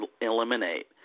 eliminate